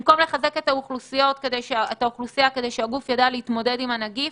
במקום לחזק את האוכלוסייה כדי שהגוף יידע להתמודד עם הנגיף,